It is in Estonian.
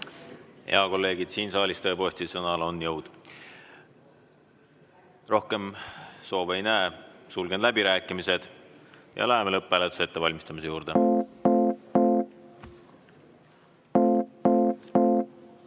Jaa, kolleegid, siin saalis tõepoolest sõnal on jõud. Rohkem kõnesoove ei näe. Sulgen läbirääkimised ja läheme lõpphääletuse ettevalmistamise juurde.